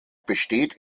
besteht